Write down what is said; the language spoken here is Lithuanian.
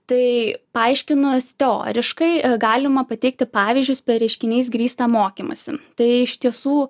tai paaiškinus teoriškai galima pateikti pavyzdžius per reiškiniais grįstą mokymąsi tai iš tiesų